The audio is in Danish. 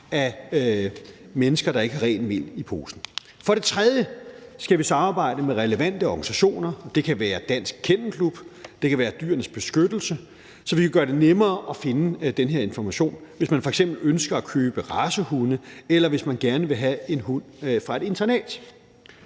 af mennesker, der ikke har rent mel i posen. For det tredje skal vi samarbejde med relevante organisationer – det kan være Dansk Kennelklub, det kan være Dyrenes Beskyttelse – så vi kan gøre det nemmere at finde den her information, hvis man f.eks. ønsker at købe en racehund, eller hvis man gerne vil have en hund fra et internat.